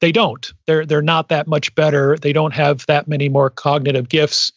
they don't. they're they're not that much better. they don't have that many more cognitive gifts